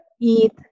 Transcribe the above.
eat